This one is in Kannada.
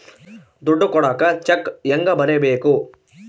ದುಡ್ಡು ಕೊಡಾಕ ಚೆಕ್ ಹೆಂಗ ಬರೇಬೇಕು?